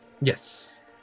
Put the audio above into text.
Yes